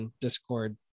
discord